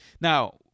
Now